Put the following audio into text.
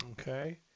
Okay